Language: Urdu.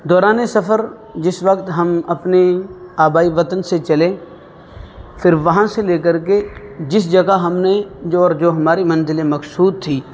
دوران سفر جس وقت ہم اپنے آبائی وطن سے چلے پھر وہاں سے لے کر کے جس جگہ ہم نے جو جو ہماری منزل مقصود تھی